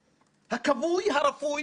2) הכבוי/ הרפוי